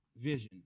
vision